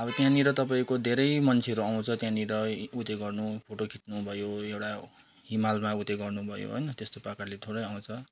अब त्यहाँनिर तपाईँको धेरै मान्छेहरू आउँछ त्यहाँनिर उत्यो गर्नु फोटो खिच्नु भयो एउटा हिमालमा उत्यो गर्नु भयो होइन त्यस्तो प्रकारले थोरै आउँछ